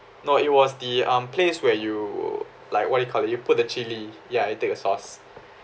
no it was the um place where you like what do you call it you put the chili ya and take a sauce